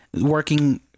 working